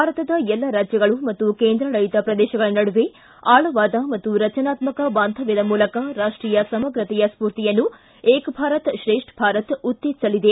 ಭಾರತದ ಎಲ್ಲ ರಾಜ್ಯಗಳು ಮತ್ತು ಕೇಂದ್ರಾಡಳಿತ ಪ್ರದೇಶಗಳ ನಡುವೆ ಆಳವಾದ ಮತ್ತು ರಚನಾತ್ಮ ಬಾಂಧ್ಯವದ ಮೂಲಕ ರಾಷ್ಟೀಯ ಸಮಗ್ರತೆಯ ಸ್ಫೂರ್ತಿಯನ್ನು ಏಕ್ ಭಾರತ ಶ್ರೇಷ್ಠ ಭಾರತ ಉತ್ತೇಜಿಸಲಿದೆ